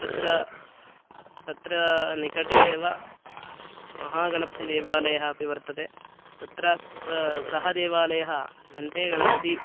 तत्र तत्र निकटे एव महागणपतिदेवालयः अपि वर्तते तत्र त सः देवालयः घण्टे गणपति